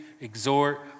exhort